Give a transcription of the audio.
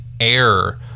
air